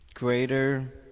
greater